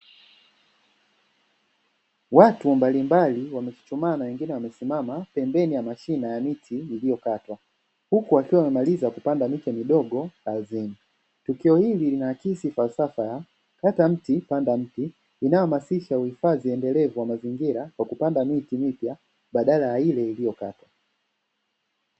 Watu mbalimbali wamechuchumaa na wengine wamesimama pembeni ya mashine ya miti iliyokatwa, huku wakiwa wamemaliza kupanda miti midogo kazini, tukio hili linakisi falsafa ya kata mti panda mti inayohamasisha uhifadhi endelevu wa mazingira kwa kupanda miti mipya badala ya ile iliyokatwa.